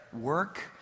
work